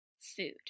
food